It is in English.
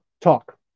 Talk